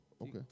okay